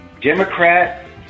Democrat